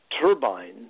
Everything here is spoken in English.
turbines